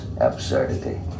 absurdity